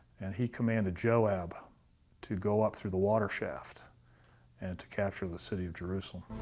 and he commanded joab to go up through the water shaft and to capture the city of jerusalem.